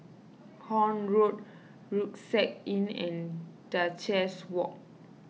Horne Road Rucksack Inn and Duchess Walk